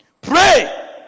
Pray